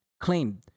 claimed